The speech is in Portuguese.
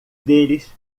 deles